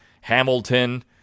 Hamilton